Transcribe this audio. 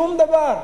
שום דבר.